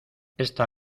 esta